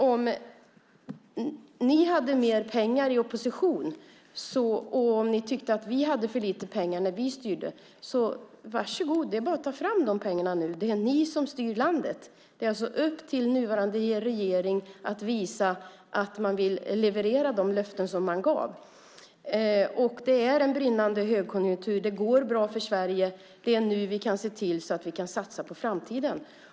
Om ni hade mer pengar i opposition och tyckte att vi hade för lite pengar när vi styrde: Varsågod! Det är bara att ta fram de pengarna nu. Det är ni som styr landet. Det är upp till nuvarande regering att visa att man vill leverera i förhållande till de löften som man gav. Det är en brinnande högkonjunktur. Det går bra för Sverige. Det är nu vi kan se till att vi kan satsa på framtiden.